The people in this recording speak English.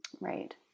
Right